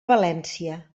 valència